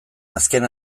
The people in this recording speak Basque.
azken